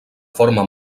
forma